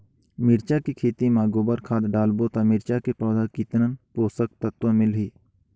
मिरचा के खेती मां गोबर खाद डालबो ता मिरचा के पौधा कितन पोषक तत्व मिलही?